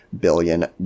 billion